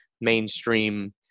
mainstream